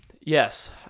Yes